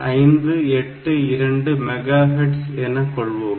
0582 mega hits என கொள்வோம்